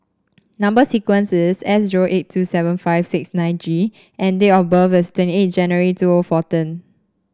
number sequence is S zero eight two seven five six nine G and date of birth is twenty eight January two O